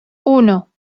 uno